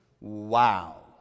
wow